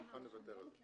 אני מוכן לוותר על זה.